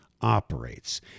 operates